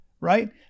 right